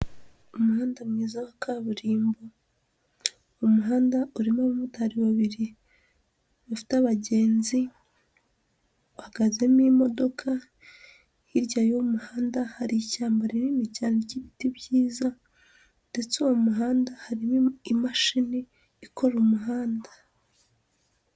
Umuhanda mwiza wa kaburimbo, umuhanda urimo abamotari babiri, bafite abagenzi uhagazemo imodoka, hirya y'uyu muhanda hari ishyamba rinini cyane ry'ibiti byiza ndetse uwo muhanda harimo imashini ikora umuhanda.